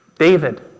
David